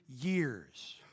years